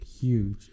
huge